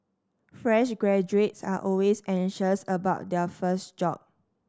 fresh graduates are always anxious about their first job